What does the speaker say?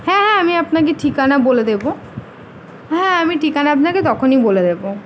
হ্যাঁ হ্যাঁ আমি আপনাকে ঠিকানা বলে দেবো হ্যাঁ আমি ঠিকানা আপনাকে তখনই বলে দেবো